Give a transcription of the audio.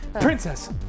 princess